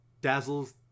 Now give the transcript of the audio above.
Dazzle's